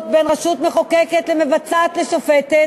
בין הרשות המחוקקת למבצעת ולשופטת,